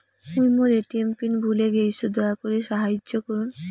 মুই মোর ATM pin ভুলে গেইসু, দয়া করি সাহাইয্য করুন